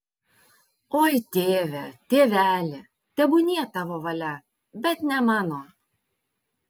oi tėve tėveli tebūnie tavo valia bet ne mano